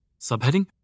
Subheading